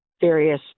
Various